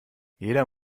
jeder